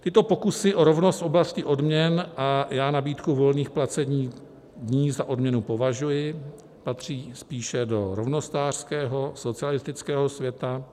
Tyto pokusy o rovnost v oblasti odměn, a já nabídku volných placených dní za odměnu považuji, patří spíše do rovnostářského socialistického světa.